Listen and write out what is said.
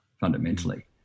fundamentally